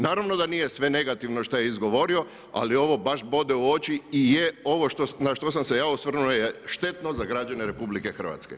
Naravno da nije sve negativno što je izgovorio, ali ovo baš bode u oči i je ovo na što sam se ja osvrnuo je štetno za građane RH.